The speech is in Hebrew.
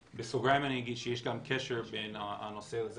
בסוגריים אני אגיד שיש כאן קשר בין הנושא הזה